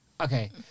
Okay